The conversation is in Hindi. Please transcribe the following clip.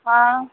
हाँ